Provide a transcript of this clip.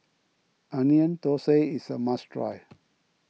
Onion Thosai is a must try